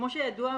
כידוע,